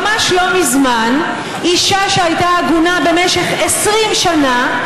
ממש לא מזמן אישה שהייתה עגונה במשך 20 שנה,